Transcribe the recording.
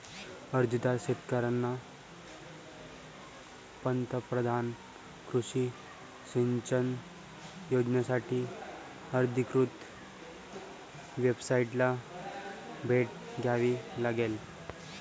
अर्जदार शेतकऱ्यांना पंतप्रधान कृषी सिंचन योजनासाठी अधिकृत वेबसाइटला भेट द्यावी लागेल